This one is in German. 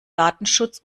datenschutz